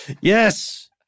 Yes